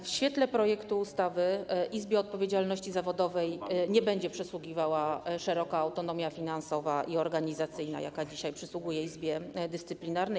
W świetle projektu ustawy Izbie Odpowiedzialności Zawodowej nie będzie przysługiwała szeroka autonomia finansowa i organizacyjna, jaka dzisiaj przysługuje Izbie Dyscyplinarnej.